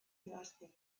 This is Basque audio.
idazten